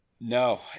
No